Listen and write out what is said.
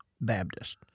Baptist